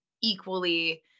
equally